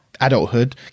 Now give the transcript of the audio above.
adulthood